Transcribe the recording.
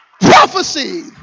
prophecy